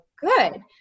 good